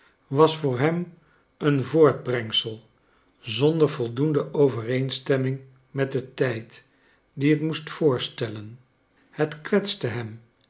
was voor hem een voortbrengsel zonder voldoende overeenstemming met den tijd dien het moest voorstellen het kwetste hem